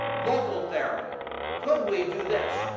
local therapy could we do this?